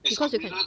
because you can